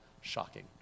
shocking